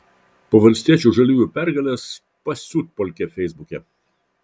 po valstiečių žaliųjų pergalės pasiutpolkė feisbuke